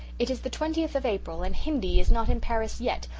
it is the twentieth of april, and hindy is not in paris yet,